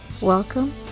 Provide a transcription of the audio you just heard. Welcome